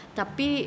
tapi